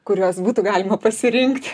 kuriuos būtų galima pasirinkti